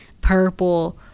purple